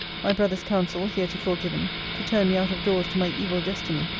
my brother's counsel, heretofore given, to turn me out of doors to my evil destiny,